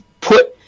put